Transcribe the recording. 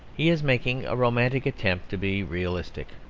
he is making a romantic attempt to be realistic.